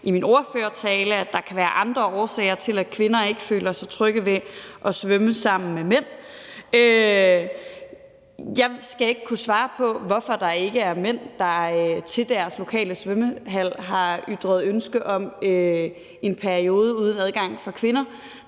i min ordførertale, nemlig at der kan være andre årsager til, at kvinder ikke føler sig trygge ved at svømme sammen med mænd. Jeg skal ikke kunne svare på, hvorfor der ikke er mænd, der til deres lokale svømmehal har ytret ønske om en periode uden adgang for kvinder.